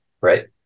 Right